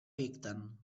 dicten